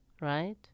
right